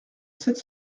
sept